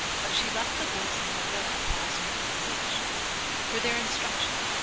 but she left the boys in her will a thousand roubles each for their instruction,